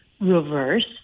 reverse